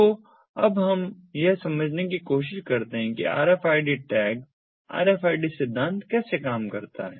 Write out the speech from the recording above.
तो अब हम यह समझने की कोशिश करते हैं कि RFID टैग RFID सिद्धांत कैसे काम करता है